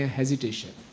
hesitation